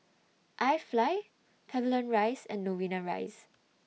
I Fly Pavilion Rise and Novena Rise